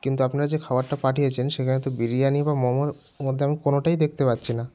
কিন্তু আপনারা যে খাবারটা পাঠিয়েছেন সেখানে তো বিরিয়ানি বা মোমোর মধ্যে আমি কোনোটাই দেখতে পাচ্ছি না